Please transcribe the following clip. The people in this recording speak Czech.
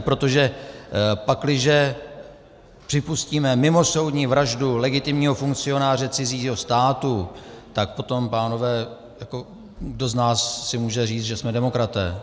Protože pakliže připustíme mimosoudní vraždu legitimního funkcionáře cizího státu, tak potom, pánové, kdo z nás si může říci, že jsme demokraté?